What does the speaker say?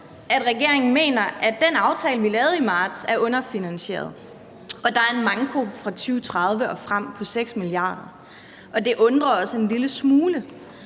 at regeringen mener, at den aftale, vi lavede i marts, er underfinansieret, og at der er en manko fra 2030 og frem på 6 mia. kr. Det undrer os en lille smule,